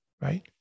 right